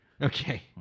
Okay